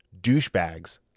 douchebags